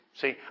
See